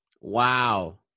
Wow